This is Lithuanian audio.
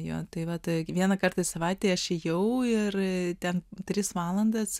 jo tai va tai kiekvieną kartą savaitėje aš ėjau ir ten tris valandas